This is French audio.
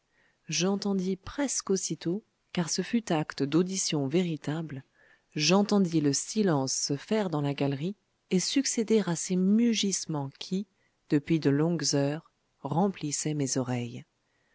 j'entendis presque aussitôt car ce fut acte d'audition véritable j'entendis le silence se faire dans la galerie et succéder à ces mugissements qui depuis de longues heures remplissaient mes oreilles